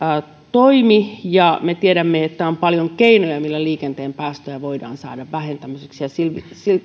toimi ja me tiedämme että on paljon keinoja millä liikenteen päästöjä voidaan saada vähemmäksi